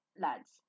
lads